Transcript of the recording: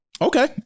Okay